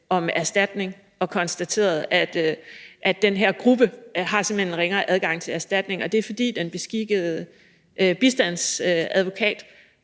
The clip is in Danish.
om erstatning og konstateret, at den her gruppe simpelt hen har en ringere adgang til erstatning. Og det er, fordi den beskikkede bistandsadvokats